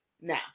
now